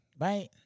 right